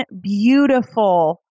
beautiful